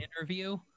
interview